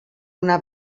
una